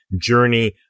journey